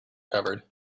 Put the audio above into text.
covered